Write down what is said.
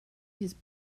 his